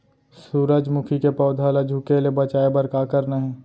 सूरजमुखी के पौधा ला झुके ले बचाए बर का करना हे?